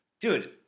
dude